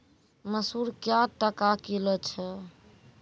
मसूर क्या टका किलो छ?